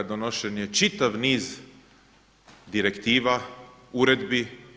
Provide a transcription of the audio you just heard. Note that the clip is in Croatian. Donošen je čitav niz direktiva, uredbi.